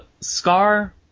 Scar